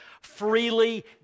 freely